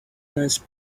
nice